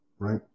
Right